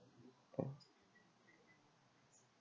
uh